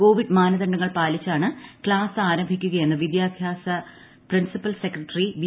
Covid മാനദണ്ഡങ്ങൾ പാലിച്ചാണ് class ആരംഭിക്കുകയെന്ന് വിദ്യാഭ്യാസ പ്രിൻസിപ്പൽ സെക്രട്ടറി ബി